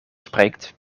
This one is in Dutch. spreekt